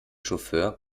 chauffeur